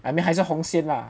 I mean 还是红线 lah right